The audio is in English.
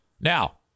Now